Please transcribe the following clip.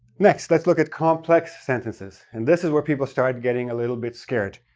next, let's look at complex sentences. and this is where people start getting a little bit scared,